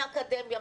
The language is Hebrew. מהאקדמיה,